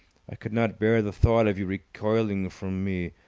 i could not bear the thought of you recoiling from me.